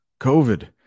covid